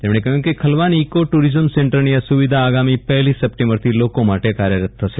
તેમણે કહ્યું કે ખલવાની ઇકો ટૂરિઝમ સેન્ટરની આ સુવિધા આગામી પહેલી સપ્ટેમ્બરથી લોકો માટે કાર્યરત થશે